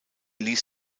ließ